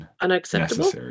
unacceptable